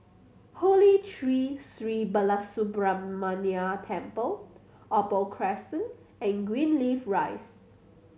Holy Tree Sri Balasubramaniar Temple Opal Crescent and Greenleaf Rise